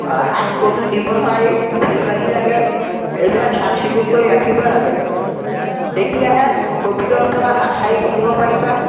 হাত ক'তো দিব নোৱাৰি ধূলি বালি লাগে এইবিলাক চাফচিকুণ কৰি ৰাখিব লাগে তেতিয়াহে ক'ভিডৰপৰা হাত সাৰি থাকিব পাৰিবা